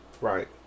Right